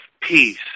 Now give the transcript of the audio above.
peace